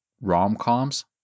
Rom-coms